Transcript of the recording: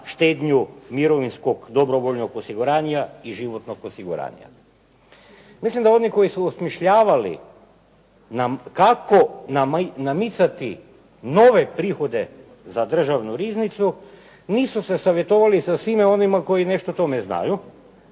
štednju mirovinskog dobrovoljnog osiguranja i životnog osiguranja. Mislim da oni koji su osmišljavali nam kako namicati nove prihode za državnu riznicu nisu se savjetovali sa svima onima koji nešto o tome znaju,